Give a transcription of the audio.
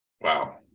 Wow